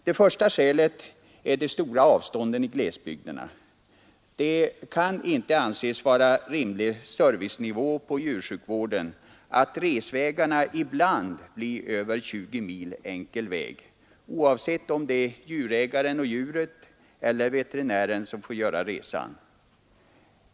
Det första skälet är de stora avstånden i glesbygderna. Det kan inte anses vara rimlig servicenivå på djursjukvården att resvägarna ibland blir över 20 mil enkel resa, oavsett om det är djurägaren och djuret eller veterinären som får göra resan.